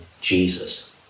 Jesus